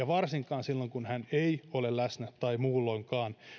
varsinkaan silloin kun hän ei ole läsnä tai ei muulloinkaan